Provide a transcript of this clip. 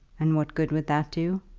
and what good would that do?